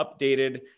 updated